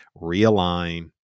realign